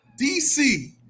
DC